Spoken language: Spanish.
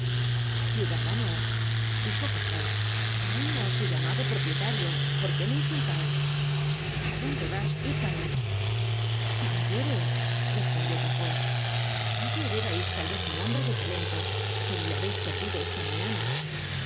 ciudadano dijo gavroche aun no os he llamado propietario por qué me insultais a dónde vas picaro caballero respondió gavroche ayer erais tal vez un hombre de talento pero le habeis perdido esta mañana